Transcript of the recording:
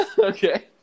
Okay